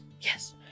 Yes